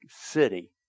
city